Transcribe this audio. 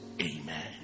amen